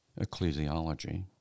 ecclesiology